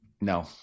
No